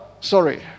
sorry